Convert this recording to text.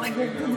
בבקשה.